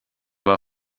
war